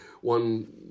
one